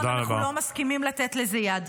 אנחנו לא מסכימים לתת לזה יד.